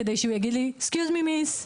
רק כדי שהוא יגיד לי: "Excuse me miss,